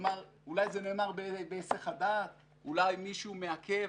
אולי זה נאמר בהיסח הדעת, אולי מישהו מעכב.